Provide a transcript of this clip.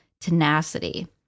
tenacity